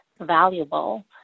valuable